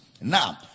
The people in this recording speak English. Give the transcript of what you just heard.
Now